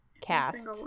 cast